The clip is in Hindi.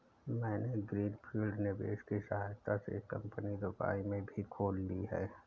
मैंने ग्रीन फील्ड निवेश की सहायता से एक कंपनी दुबई में भी खोल ली है